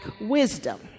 wisdom